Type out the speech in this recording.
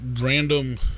random